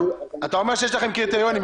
אתה אומר שיש לכם קריטריונים.